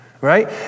right